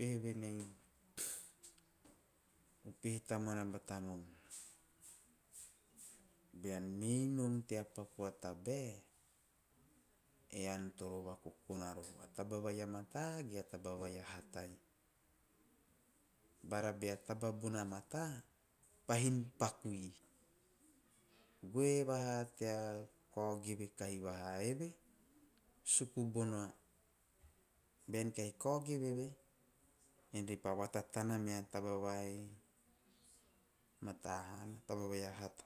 peh venei peh tabara vata nom, bean mi nom tea paku a tabe, ean toro vokokona roha. Tavavai a mata gea tavavai a hatai, bara bea tavavun a mata, pahin pakui. Goi vaha tea o give kahi va hai eve, suku bona venkei ko giveve, ean ri pa vatatana mea tavavai mata han, pavavai a hata.